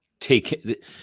Take